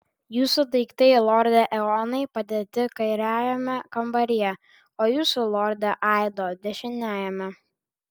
jūsų daiktai lorde eonai padėti kairiajame kambaryje o jūsų lorde aido dešiniajame